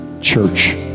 church